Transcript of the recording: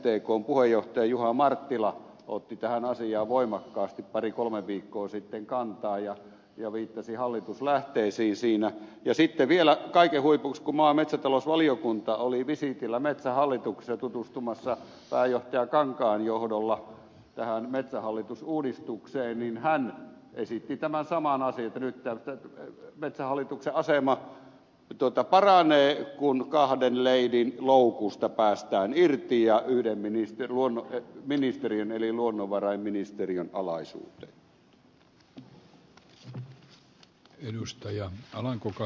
nimittäin mtkn puheenjohtaja juha marttila otti tähän asiaan voimakkaasti pari kolme viikkoa sitten kantaa ja viittasi hallituslähteisiin siinä ja sitten vielä kaiken huipuksi kun maa ja metsätalousvaliokunta oli visiitillä metsähallituksessa tutustumassa pääjohtaja kankaan johdolla tähän metsähallitusuudistukseen niin hän esitti tämän saman asian että nyt metsähallituksen asema paranee kun kahden leidin loukusta päästään irti ja yhden ministeriön eli luonnonvarainministeriön alaisuuteen